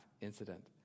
incident